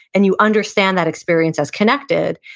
and you understand that experience as connected,